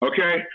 Okay